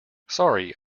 sorry